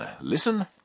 listen